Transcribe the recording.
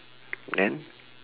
then